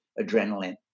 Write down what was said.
adrenaline